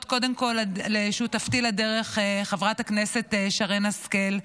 קודם כול לשותפתי לדרך חברת הכנסת שרן השכל,